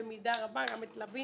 גם את לביא